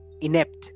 inept